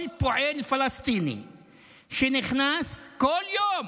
כל פועל פלסטיני שנכנס כל יום